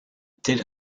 tel